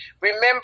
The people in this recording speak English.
Remember